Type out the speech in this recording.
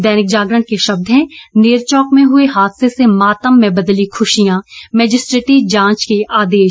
दैनिक जागरण के शब्द हैं नेरचौक में हुए हादसे से मातम में बदली खुशियां मैजिस्ट्रेटी जांच के आदेश